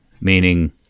meaning